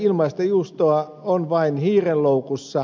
ilmaista juustoa on vain hiirenloukussa